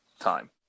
time